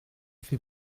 fait